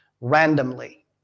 randomly